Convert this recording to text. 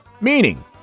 Meaning